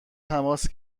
تماس